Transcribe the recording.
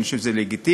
אני חושב שזה לגיטימי.